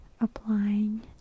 applying